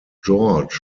george